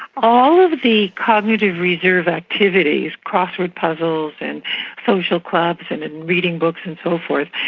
all of the cognitive reserve activities crossword puzzles, and social clubs and and reading books and so forth,